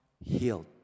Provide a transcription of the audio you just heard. healed